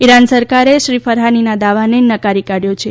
Iran સરકારે શ્રી ફરહાનીના દાવાને નકારી કાઢ્યો છે